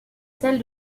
celle